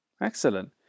Excellent